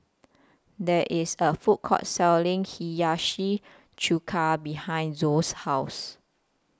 There IS A Food Court Selling Hiyashi Chuka behind Zoa's House